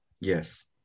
Yes